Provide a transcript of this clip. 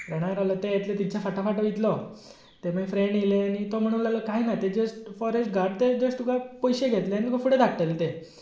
ते येतले तेंच्या फाटाफाट वयतलो ते मागीर फ्रेंड येयले आनी तो म्हणूक लागलो कांय ना ते जस्ट फोरस्ट गार्ड ते जस्ट तुका पयशे घेतले आनी तुका फुडें धाडटले ते